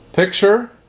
Picture